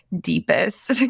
deepest